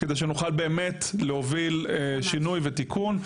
כדי שנוכל באמת להוביל שינוי ותיקון,